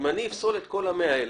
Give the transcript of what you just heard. אם אני אפסול את כל ה-100 האלה,